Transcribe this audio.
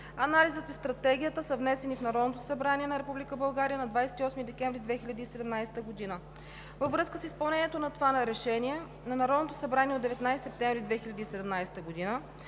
Анализът и стратегията са внесени в Народното събрание на Република България на 28 декември 2017 г. Във връзка с изпълнението на това решение на Народното събрание от 19 септември 2017 г.